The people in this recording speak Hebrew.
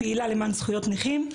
פעילה למען זכויות נכים.